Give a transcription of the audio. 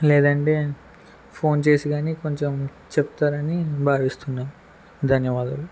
లేదంటే ఫోన్ చేసి గానీ కొంచెం చెప్తారని భావిస్తున్నా ధన్యవాదాలు